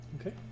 Okay